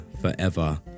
forever